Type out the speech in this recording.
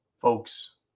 folks